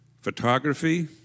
photography